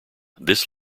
this